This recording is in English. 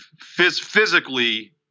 physically